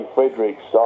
Fredericks